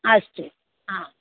अस्तु आ